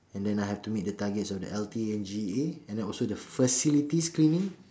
and then I have to meet the targets of the L_T_N_G_A and also the facilities cleaning